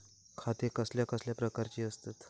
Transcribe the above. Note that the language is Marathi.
खाते कसल्या कसल्या प्रकारची असतत?